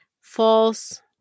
false